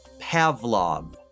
pavlov